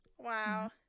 wow